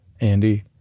Andy